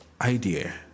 idea